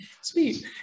Sweet